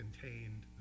contained